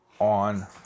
on